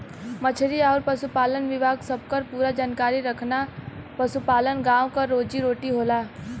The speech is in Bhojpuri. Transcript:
मछरी आउर पसुपालन विभाग सबकर पूरा जानकारी रखना पसुपालन गाँव क रोजी रोटी होला